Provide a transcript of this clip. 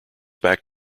back